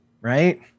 right